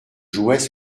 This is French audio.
jouaient